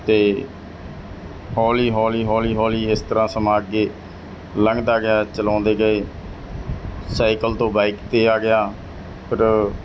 ਅਤੇ ਹੌਲੀ ਹੌਲੀ ਹੌਲੀ ਹੌਲੀ ਇਸ ਤਰ੍ਹਾਂ ਸਮਾਂ ਅੱਗੇ ਲੰਘਦਾ ਗਿਆ ਚਲਾਉਂਦੇ ਗਏ ਸਾਈਕਲ ਤੋਂ ਬਾਈਕ 'ਤੇ ਆ ਗਿਆ ਫਿਰ